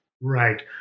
Right